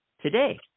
Today